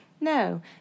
No